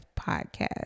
podcast